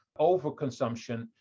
overconsumption